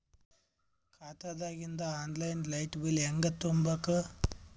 ಖಾತಾದಾಗಿಂದ online light bill ಹೇಂಗ ತುಂಬಾ ಬೇಕು?